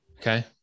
Okay